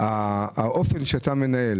האופן שאתה מנהל